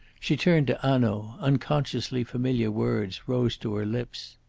she turned to hanaud unconsciously familiar words rose to her lips.